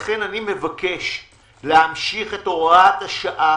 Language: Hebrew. לכן אני מבקש להמשיך את הוראת השעה